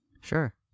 Sure